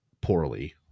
poorly